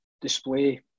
display